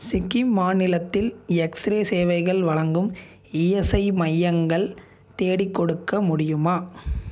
சிக்கிம் மாநிலத்தில் எக்ஸ்ரே சேவைகள் வழங்கும் இஎஸ்ஐ மையங்கள் தேடிக்கொடுக்க முடியுமா